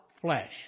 Flesh